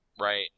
Right